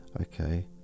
okay